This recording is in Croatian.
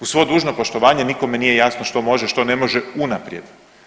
Uz svo dužno poštovanje nikome nije jasno što može, što ne može unaprijed.